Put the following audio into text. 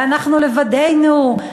ואנחנו לבדנו,